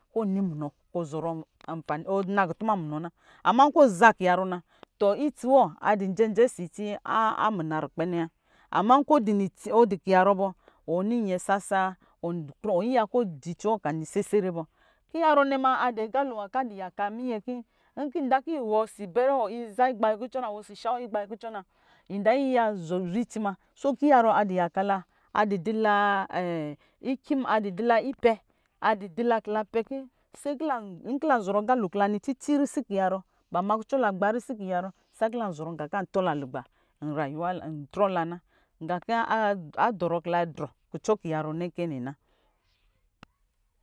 Kɔ ɔnɔ munɔ kɔ ɔzɔrɔ mbani kɔ ɔna kutuma munɔ na amma nkɔ ɔza ki yarɔ na tɔ itsi wɔ adɔ jɛnsɛ ɔsɔ itsi a muna rikpɛnɛ wa ama nkɔ ɔdu kiyarɔ bɔ wɔ niyɛ sesa wa wɔ yiya kɔ ɔjɛ itsi wɔ kɔanɔ sesere bɔ kiyarɔ nɛ adɔ nga kɔ ayaka minyɛ kɨ inkɔ ava kɔ wɔ ɔsɔ pɛre wɔ iza gbayi kucɔ na wɔ ɔsɔ shawɔ iza gbayikucɔ na yinda yiya zwe itsi muna so kiyarɔ adu yala ala, adɔ dila ipɛ adu dula ipɛ kɔ nkɔ lanzorɔ aga se kɔ ba ma gba cici risi kiyarɔ kɔ lazɔrɔ nga kɔ antɔ la lugba nyayu wala ntcɔ la na nga kɔ adɔrɔ kɔ ladrɔ kucɔ kiyarɔ nɛkɛnɛna.